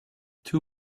two